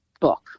book